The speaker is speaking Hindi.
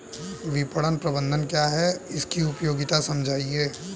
विपणन प्रबंधन क्या है इसकी उपयोगिता समझाइए?